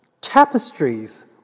tapestries